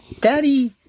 Daddy